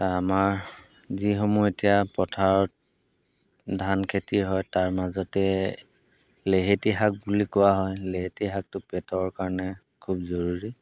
তা আমাৰ যিসমূহ এতিয়া পথাৰত ধান খেতি হয় তাৰ মাজতে লেহেতি শাক বুলি কোৱা হয় লেহেতি শাকটো পেটৰ কাৰণে খুব জৰুৰী